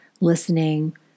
listening